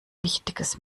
wichtiges